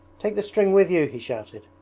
take the string with you he shouted.